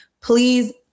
please